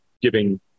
giving